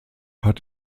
hat